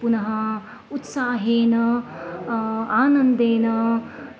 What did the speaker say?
पुनः उत्साहेन आनन्देन